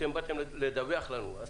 אתם באתם לדווח לנו אז